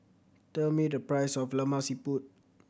tell me the price of Lemak Siput